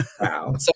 Wow